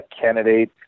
candidate